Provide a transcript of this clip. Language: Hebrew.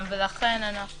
ולכן אנחנו